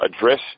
address